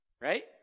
Right